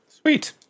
Sweet